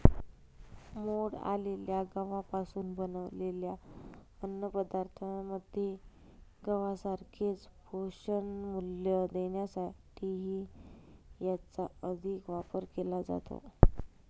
मोड आलेल्या गव्हापासून बनवलेल्या अन्नपदार्थांमध्ये गव्हासारखेच पोषणमूल्य देण्यासाठीही याचा अधिक वापर केला जातो